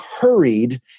hurried